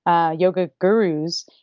ah yoga gurus,